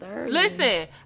Listen